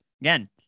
again